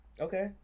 Okay